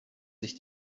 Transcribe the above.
sich